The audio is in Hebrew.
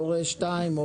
הורה 2,